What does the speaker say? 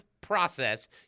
process